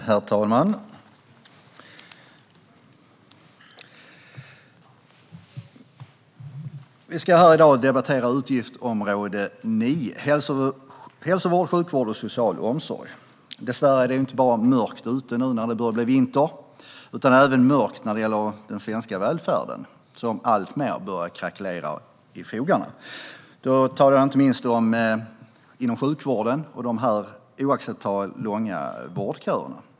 Herr talman! Vi ska här i dag debattera utgiftsområde 9 Hälsovård, sjukvård och social omsorg. Dessvärre är det inte bara mörkt ute nu när det är vinter, utan det är även mörkt när det gäller den svenska välfärden som alltmer börjar krackelera i fogarna. Jag talar inte minst om sjukvården och de oacceptabelt långa vårdköerna.